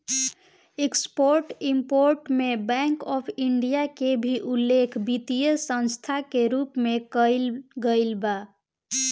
export import में Bank of India के भी उल्लेख वित्तीय संस्था के रूप में कईल गईल बा